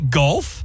golf